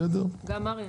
מריאן,